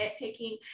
nitpicking